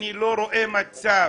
אני לא רואה מצב